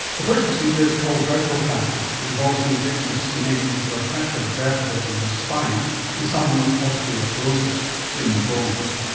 the first procedure is called vertebroplasty and involves the injection of cement into a fractured vertebra in the spine in someone with osteoporosis, thinned bones.